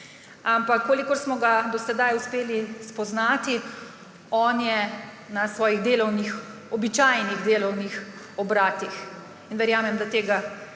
Ampak kolikor smo ga do sedaj uspeli spoznati, on je na svojih običajnih delovnih obratih. In verjamem, da tega